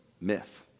myth